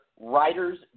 writers